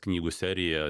knygų serija